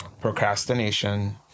procrastination